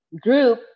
group